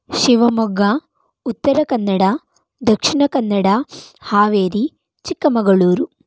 Shivamogga Uttara Kannada Dakshina Kannada Haveri Chikkamagaluru